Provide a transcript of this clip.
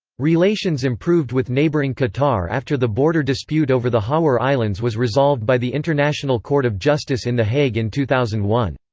relations improved with neighbouring qatar after the border dispute over the hawar islands was resolved by the international court of justice in the hague in two thousand and one.